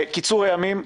קיצור הימים,